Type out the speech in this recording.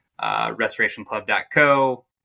restorationclub.co